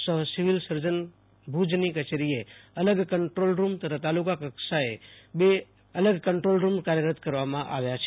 સહ civil surgeon ભુજની કચેરીએ અલગ કન્દ્રોલ રૂમ તથા તાલુકા કક્ષા એ આશુતોષ અંતાણી કંટ્રોલ રૂમ કાર્યરત કરવામાં આવ્યા છે